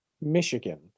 Michigan